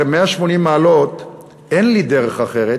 אחרי שינוי ב-180 מעלות: אין לי דרך אחרת,